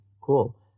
Cool